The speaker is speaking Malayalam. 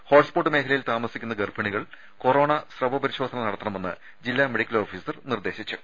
ഹോട്സ്പോട്ട് മേഖലയിൽ താമസിക്കുന്ന ഗർഭിണികൾ കൊറോണ സ്രവ പരിശോധന നടത്തണമെന്ന് ജില്ലാ മെഡിക്കൽ ഓഫീസർ നിർദേശിച്ചു